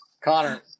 Connor